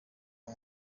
uwo